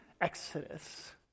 Exodus